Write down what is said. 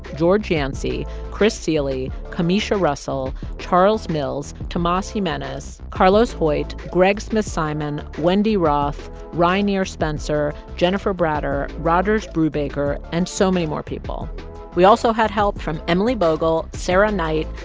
george yancey, kris sealey, camisha russell, charles mills, tomas jimenez, carlos hoyt, greg smithsimon, wendy roth, ranier spencer, jennifer bratter, rogers brubaker and so many more people we also had help from emily bogle, sarah knight,